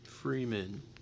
Freeman